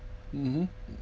mmhmm